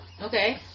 Okay